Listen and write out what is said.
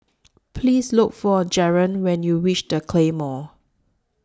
Please Look For Jaren when YOU REACH The Claymore